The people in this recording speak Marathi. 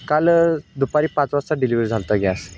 काल दुपारी पाच वाजता डिलिव्हरी झाला होता गॅस